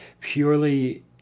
purely